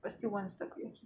but still want takoyaki